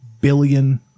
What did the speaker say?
billion